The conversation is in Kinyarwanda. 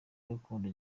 gakondo